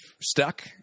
stuck